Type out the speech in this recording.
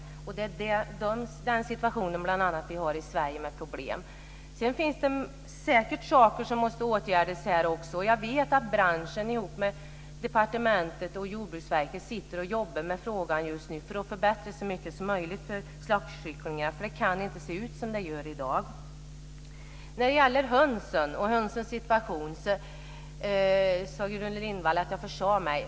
Det är bl.a. den situationen vi har problem med i Sverige. Sedan finns det säkert saker som måste åtgärdas här också. Jag vet att branschen tillsammans med departementet och Jordbruksverket jobbar med frågan just nu för att förbättra så mycket som möjligt för slaktkycklingarna. Det kan inte se ut som det gör i dag. Gudrun Lindvall sade att jag försade mig när det gäller hönsens situation.